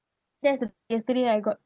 there's the yesterday I got